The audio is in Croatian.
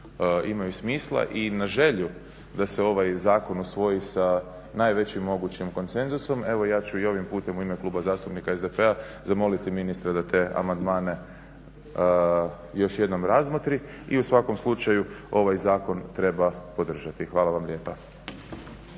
imaju smisla i na želju da se ovaj zakon usvoji sa najvećim mogućim konsenzusom evo ja ću i ovim putem u ime Kluba zastupnika SDP-a zamoliti ministra da te amandmane još jednom razmotri. I u svakom slučaju ovaj zakon treba podržati. Hvala vam lijepa.